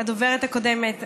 הדוברת הקודמת,